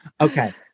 Okay